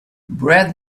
bread